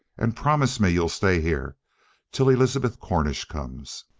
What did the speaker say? and promise me you'll stay here till elizabeth cornish comes!